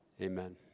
Amen